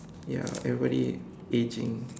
ya everybody aging